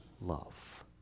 love